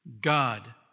God